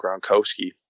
Gronkowski